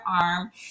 arm